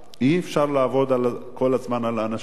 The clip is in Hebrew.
אי-אפשר לעבוד כל הזמן על אנשים.